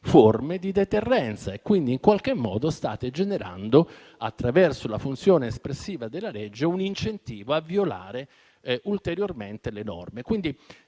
di deterrenza, quindi che state generando, attraverso la funzione espressiva della legge, un incentivo a violare ulteriormente le norme. Diciamo